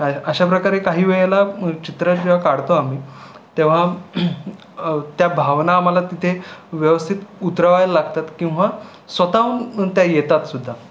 अशाप्रकारे काहीवेळेला चित्र जेव्हा काढतो आम्ही तेव्हा त्या भावना आम्हाला तिथे व्यवस्थित उतरवायला लागतात किंवा स्वतःहून त्या येतात सुद्धा